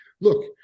Look